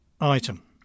Item